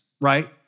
right